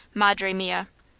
madre mia.